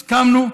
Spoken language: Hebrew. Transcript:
הסכמנו,